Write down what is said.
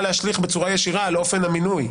להשליך בצורה ישירה על אופן המינוי.